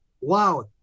wow